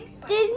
Disney